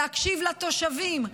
להקשיב לתושבים,